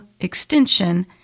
Extension